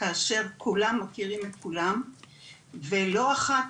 כאשר כולם מכירים את כולם ולא אחת